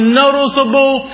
noticeable